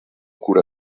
cura